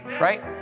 right